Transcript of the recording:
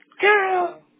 girl